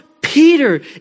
Peter